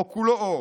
או כולו אור.